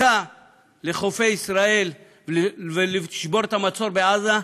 הפריצה לחופי ישראל ושבירת המצור בעזה,